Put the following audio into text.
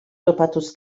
topatuz